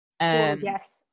Yes